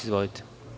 Izvolite.